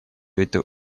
эту